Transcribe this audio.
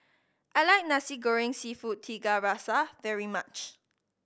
I like Nasi Goreng Seafood Tiga Rasa very much